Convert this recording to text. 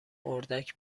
اردک